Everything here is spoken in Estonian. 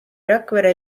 rakvere